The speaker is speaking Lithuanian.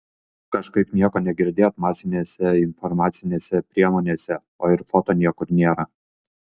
kažkaip nieko negirdėt masinėse informacinėse priemonėse o ir foto niekur nėra